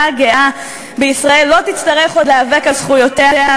הגאה בישראל לא תצטרך עוד להיאבק על זכויותיה,